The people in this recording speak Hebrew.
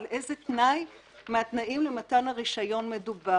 על איזה תנאי מהתנאים למתן הרישיון מדובר.